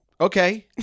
okay